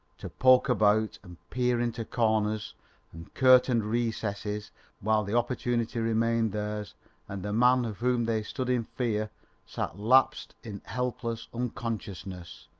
to poke about and peer into corners and curtained recesses while the opportunity remained theirs and the man of whom they stood in fear sat lapsed in helpless unconsciousness.